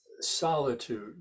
solitude